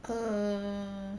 err